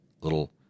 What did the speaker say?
little